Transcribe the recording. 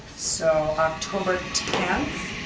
so, october tenth,